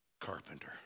carpenter